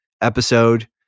episode